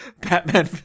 Batman